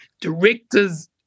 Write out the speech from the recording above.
directors